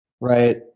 right